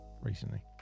recently